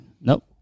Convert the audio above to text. Nope